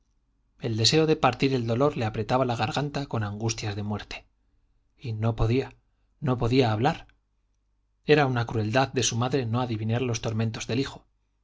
el deseo de partir el dolor le apretaba la garganta con angustias de muerte y no podía no podía hablar era una crueldad de su madre no adivinar los tormentos del hijo